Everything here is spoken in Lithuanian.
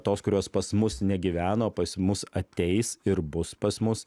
tos kurios pas mus negyveno pas mus ateis ir bus pas mus